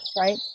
right